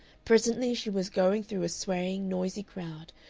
presently she was going through a swaying, noisy crowd,